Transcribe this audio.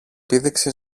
πήδηξε